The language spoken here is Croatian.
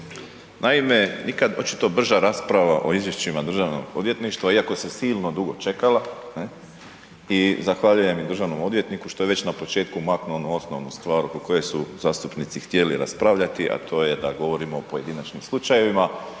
Naime, nikad očito brža rasprava o izvješćima DORH-a iako se silno dugo čekala i zahvaljujem državnom odvjetniku što je već na početku maknuo onu osnovnu stvar oko koje su zastupnici htjeli raspraviti, a to je da govorimo o pojedinačnim slučajevima